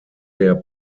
der